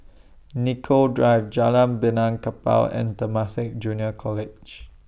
Nicoll Drive Jalan Benaan Kapal and Temasek Junior College